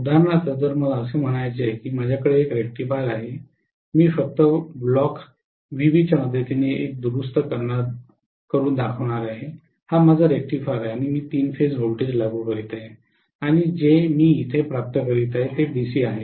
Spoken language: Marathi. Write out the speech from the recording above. उदाहरणार्थ जर मला असे म्हणायचे की माझ्याकडे एक रेक्टिफायर आहे मी फक्त ब्लॉक व्हीबी च्या मदतीने एक दुरुस्त करणारा दाखवणार आहे हा माझा रेक्टिफायर आहे आणि मी तीन फेज व्होल्टेज लागू करीत आहे आणि जे मी येथे प्राप्त करीत आहे ते डीसी आहे